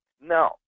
No